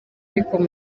ariko